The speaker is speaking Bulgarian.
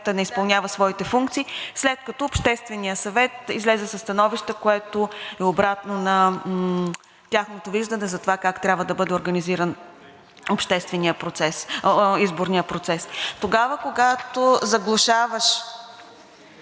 не изпълнява своите функции, след като Общественият съвет излезе със становище, което е обратно на тяхното виждане за това как трябва да бъде организиран изборният процес. Тогава, когато заглушаваш